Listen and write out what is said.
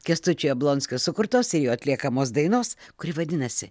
kęstučio jablonskio sukurtos ir jo atliekamos dainos kuri vadinasi